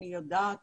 אני יודעת